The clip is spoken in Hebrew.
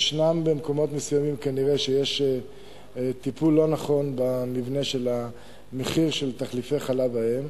במקומות מסוימים יש כנראה טיפול לא נכון במבנה המחיר של תחליפי חלב האם,